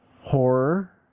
horror